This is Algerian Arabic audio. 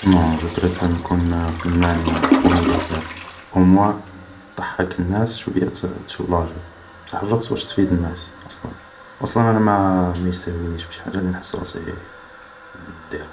نون جو بريفار نكون فنان كوميدي خير, اوموان ضحك الناس شوية تسولاجي بصح الرقص واش تفيد الناس أصلا, أصلا انا الرقص مايستهوينيش, ماشي حاجة لي نحس راسي نديرها